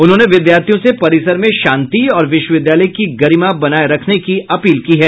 उन्होंने विद्यार्थियों से परिसर में शांति और विश्वविद्यालय की गरिमा बनाये रखने की अपील की है